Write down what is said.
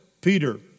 Peter